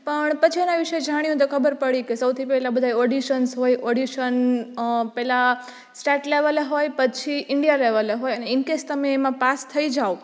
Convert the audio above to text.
પણ પછી એના વિશે જાણ્યું તો ખબર પડી કે સૌથી પહેલાં બધાંય ઓડિસન્સ હોય ઓડિસન પહેલાં સ્ટેટ લેવલે હોય પછી ઈન્ડિયા લેવલે હોય અને ઈનકેસ તમે એમાં પાસ થઈ જાઓ